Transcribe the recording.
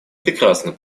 прекрасно